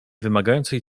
wymagającej